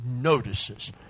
notices